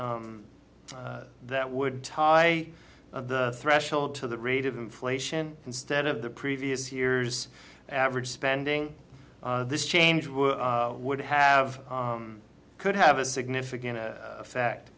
t that would tie the threshold to the rate of inflation instead of the previous year's average spending this change would would have could have a significant effect